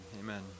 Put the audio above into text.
amen